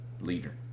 leader